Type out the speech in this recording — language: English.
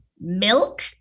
milk